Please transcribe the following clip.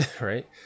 right